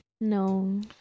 No